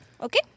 Okay